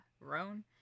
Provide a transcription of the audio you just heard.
Roan